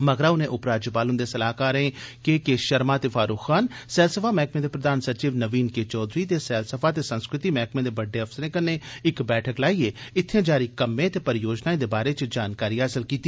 मगरा उनें उपराज्यपाल हुंदे सलाहकार के के षर्मा ते फारूक खान सैलसफा मैह्कमे दे प्रधान सचिव नवीन के चौधरी ते सैलसफा ते संस्कृति मैह्कमे दे बड्डे अफसरें कन्नै इक बैठक लाइयै इत्थें जारी कम्में ते परियोजनाएं दे बारे च जानकारी हासल कीती